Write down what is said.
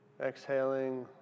exhaling